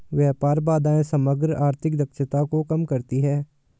व्यापार बाधाएं समग्र आर्थिक दक्षता को कम करती हैं